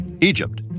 Egypt